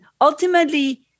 ultimately